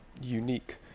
unique